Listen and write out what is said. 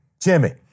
Jimmy